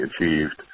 achieved